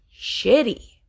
shitty